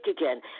again